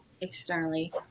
externally